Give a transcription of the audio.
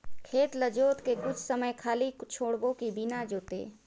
खेत ल जोत के कुछ समय खाली छोड़बो कि बिना जोते?